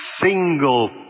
single